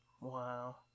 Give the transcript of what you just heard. Wow